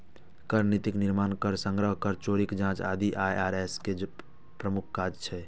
कर नीतिक निर्माण, कर संग्रह, कर चोरीक जांच आदि आई.आर.एस के प्रमुख काज होइ छै